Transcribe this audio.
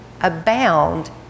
abound